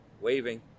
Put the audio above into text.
waving